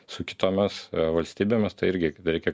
su kitomis valstybėmis tai irgi reikia